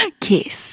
Kiss